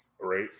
Right